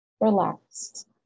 relaxed